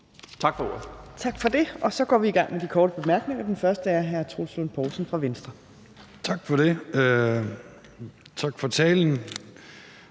Torp): Tak for det, og så går vi i gang med de korte bemærkninger. Den første er hr. Troels Lund Poulsen fra Venstre. Kl. 14:07 Troels